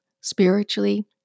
spiritually